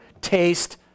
taste